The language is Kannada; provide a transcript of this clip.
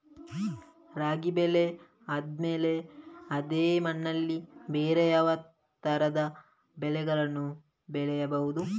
ರಾಗಿ ಬೆಳೆ ಆದ್ಮೇಲೆ ಅದೇ ಮಣ್ಣಲ್ಲಿ ಬೇರೆ ಯಾವ ತರದ ಬೆಳೆಗಳನ್ನು ಬೆಳೆಯಬಹುದು?